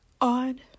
odd